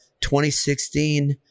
2016